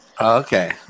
okay